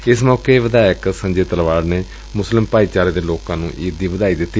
ਏਸ ਮੌਕੇ ਵਿਧਾਇਕ ਸੰਜੇ ਤਲਵਾੜ ਨੇ ਮੁਸਲਿਮ ਭਾਈਚਾਰੇ ਦੇ ਲੋਕਾਂ ਨੂੰ ਈਦ ਦੀ ਵਧਾਈ ਦਿੱਤੀ